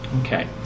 Okay